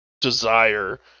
desire